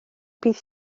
bydd